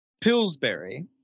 Pillsbury